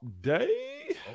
day